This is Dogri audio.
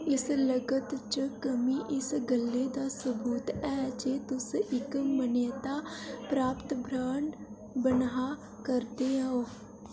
इस लगत च कमी इस गल्ले दा सबूत है जे तुस इक मानता प्राप्त ब्रांड बनाऽ करदे ओ